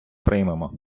приймемо